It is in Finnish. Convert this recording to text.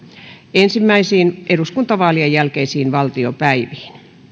ensimmäisiin eduskuntavaalien jälkeisiin valtiopäiviin